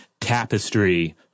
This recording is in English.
tapestry